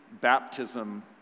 baptism